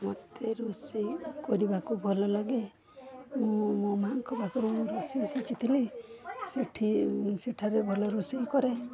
ମୋତେ ରୋଷେଇ କରିବାକୁ ଭଲ ଲାଗେ ମୁଁ ମୋ ମାଆଙ୍କ ପାଖରୁ ମୁଁ ରୋଷେଇ ଶିଖିଥିଲି ସେଠି ସେଠାରେ ଭଲ ରୋଷେଇ କରେ